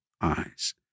eyes